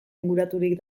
inguraturik